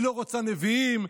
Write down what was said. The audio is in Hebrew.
היא לא רוצה נביאים,